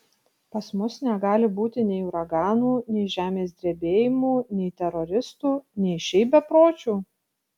pas mus negali būti nei uraganų nei žemės drebėjimų nei teroristų nei šiaip bepročių